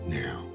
now